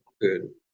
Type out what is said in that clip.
good